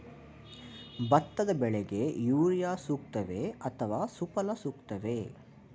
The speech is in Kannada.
ಭತ್ತದ ಬೆಳೆಗೆ ಯೂರಿಯಾ ಸೂಕ್ತವೇ ಅಥವಾ ಸುಫಲ ಸೂಕ್ತವೇ?